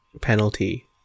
penalty